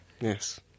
Yes